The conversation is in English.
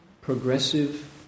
progressive